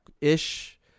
ish